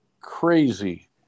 crazy